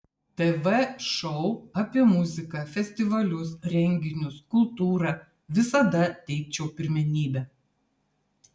tv šou apie muziką festivalius renginius kultūrą visada teikčiau pirmenybę